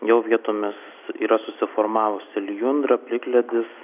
jau vietomis yra susiformavusi lijundra plikledis